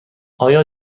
آیا